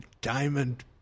diamond